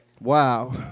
Wow